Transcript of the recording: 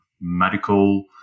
medical